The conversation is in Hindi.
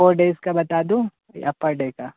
फोर डेज का बता दूँ या पर डे का